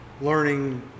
learning